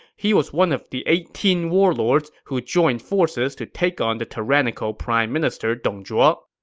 he was one of the eighteen warlords who joined forces to take on the tyrannical prime minister dong zhuo.